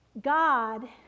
God